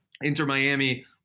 Inter-Miami